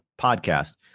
podcast